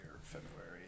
february